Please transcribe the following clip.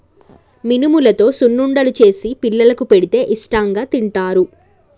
మినుములతో సున్నుండలు చేసి పిల్లలకు పెడితే ఇష్టాంగా తింటారు